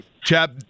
Chap